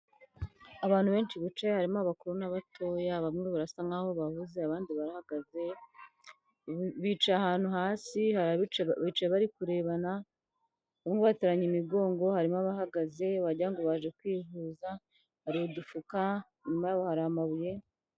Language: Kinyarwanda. Abantu benshi bicaye harimo abakuru n'abatoya bamwe barasa nkaho bahuze abandi barahagaze, bica ahantu hasi bicaye bari kurebana nk'ubateranya imigongo harimo abahagaze bajya ngo baje kwivuza hari udufuka nyuma hari amabuye.